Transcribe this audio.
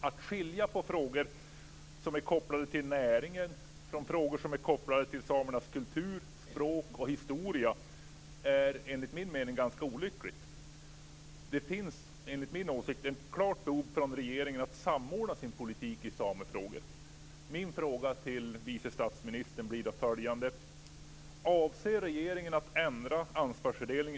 Att skilja på frågor som är kopplade till näringen från frågor som är kopplade till samernas kultur, språk och historia är enligt min mening ganska olyckligt. Enligt min åsikt finns det ett klart behov från regeringen att samordna sin politik i samefrågor. Min fråga till vice statsministern blir då följande: